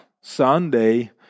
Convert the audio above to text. sunday